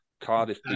Cardiff